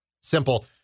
simple